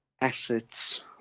assets